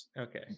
Okay